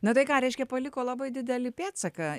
na tai ką reiškia paliko labai didelį pėdsaką